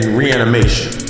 reanimation